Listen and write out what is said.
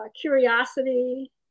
Curiosity